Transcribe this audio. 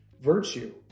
virtue